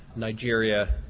nigeria,